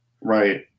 Right